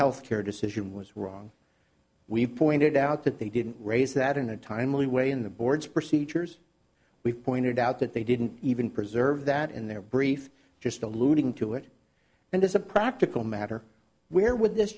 health care decision was wrong we pointed out that they didn't raise that in a timely way in the board's procedures we pointed out that they didn't even preserve that in their brief just alluding to it and as a practical matter where would this